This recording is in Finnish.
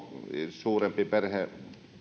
suurempi perhe